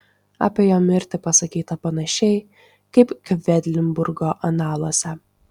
apie jo mirtį pasakyta panašiai kaip kvedlinburgo analuose